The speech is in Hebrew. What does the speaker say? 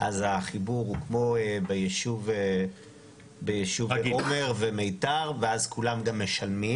אז החיבור הוא כמו ביישוב עומר ומיתר ואז כולם גם משלמים?